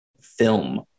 film